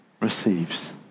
receives